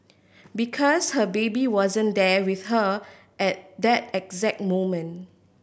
because her baby wasn't there with her at that exact moment